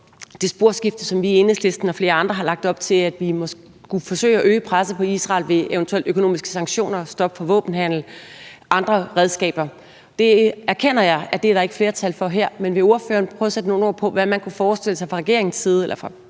det sporskifte, som vi i Enhedslisten og flere andre har lagt op til, altså at vi skulle forsøge at øge presset på Israel ved eventuelt økonomiske sanktioner, stop for våbenhandel eller ved at bruge andre redskaber. Det erkender jeg at der ikke er flertal for her, men vil ordføreren prøve at sætte nogle ord på, hvad man kan forestille sig fra Socialdemokratiets side at man